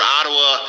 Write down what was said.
Ottawa